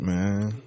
Man